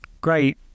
great